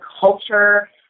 culture